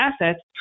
assets